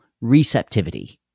receptivity